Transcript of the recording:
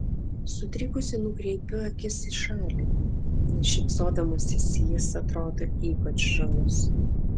sutrikusi nukreipiu akis į šalį nes šypsodamasis jis atrodo ypač žavus